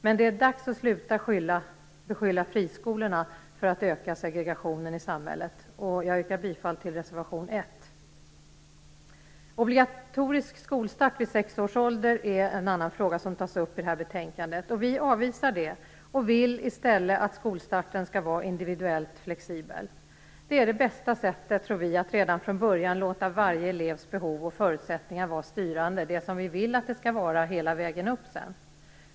Men det är dags att sluta beskylla friskolorna för att öka segregationen i samhället. Jag yrkar bifall till reservation 1. Obligatorisk skolstart vid sex års ålder är en annan fråga som tas upp i detta betänkande. Vi avvisar det och vill i stället att skolstarten skall vara individuellt flexibel. Det är det bästa sättet, tror vi, att redan från början låta varje elevs behov och förutsättningar vara styrande. Vi vill ju att det skall vara så hela vägen upp.